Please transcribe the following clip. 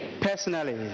personally